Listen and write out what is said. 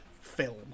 film